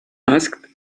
ask